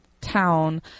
town